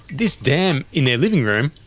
this dam in their living room,